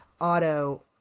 auto